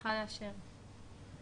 משרד האוצר ואחר כך משרד העבודה והרווחה.